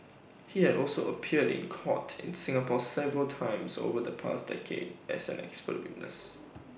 he had also appeared in court in Singapore several times over the past decade as an expert witness